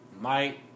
Mike